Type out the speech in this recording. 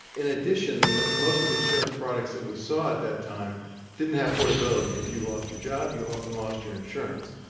in addition, most of the insurance products that we saw at that time didn't have portability. if you lost your job, you often lost your insurance.